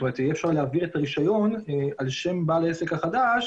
יהיה אפשר להעביר את הרישיון על שם בעל העסק החדש,